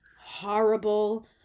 horrible